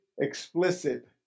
explicit